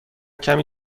کمی